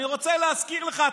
אני רוצה להזכיר לך,